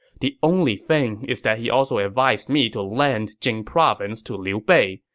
the only thing is that he also advised me to lend jing province to liu bei,